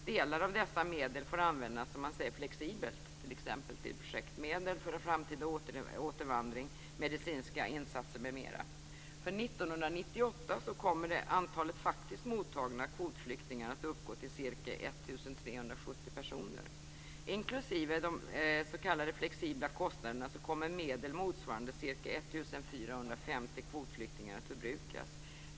Delar av dessa medel får användas, som man säger, flexibelt, t.ex. till projektmedel för framtida återvandring, medicinska insatser m.m. För 1998 kommer antalet faktiskt mottagna kvotflyktingar att uppgå till ca 1 370 personer. Medel motsvarande ca 1 450 kvotflyktingar kommer att förbrukas, inklusive de s.k. flexibla kostnaderna.